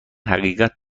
حقیقت